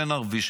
בין שהוא ערבי,